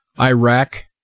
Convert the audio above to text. Iraq